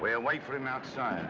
wait for him outside